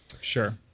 Sure